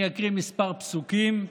אני אקריא כמה פסוקים: